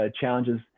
challenges